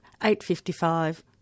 855